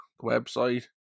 website